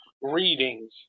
readings